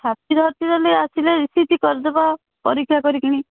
ଆଉ ଛାତି ଫାତି ହେଲେ ଆସିଲେ ଇ ସି ଜି କରିଦେବା ପରୀକ୍ଷା କରିକିନି